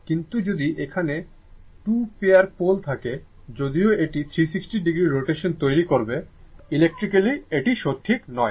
কিন্তু যদি এখানে 2 পেয়ার পোল থাকে যদিও এটি 360 ডিগ্রি রোটেশন তৈরি করবে ইলেকট্রিক্যালি এটি সঠিক নয়